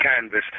canvas